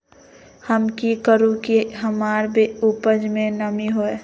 हम की करू की हमार उपज में नमी होए?